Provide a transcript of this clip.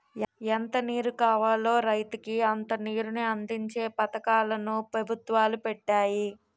ఎంత నీరు కావాలో రైతుకి అంత నీరుని అందించే పథకాలు ను పెభుత్వాలు పెట్టాయి